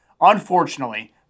unfortunately